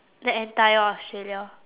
the entire australia